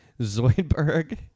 Zoidberg